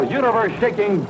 universe-shaking